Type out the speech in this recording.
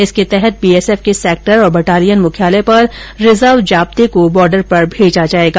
इसके तहत बीएसएफ के सेक्टर और बटालियन मुख्यालय पर रिजर्व जाब्ते को बोर्डर पर भेजा जायेगा